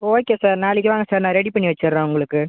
okay sir நாளைக்கு வாங்க sir நான் ரெடி பண்ணி வச்சுடுறேன் உங்களுக்கு